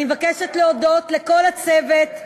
אני מבקשת להודות לכל הצוות,